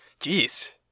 Jeez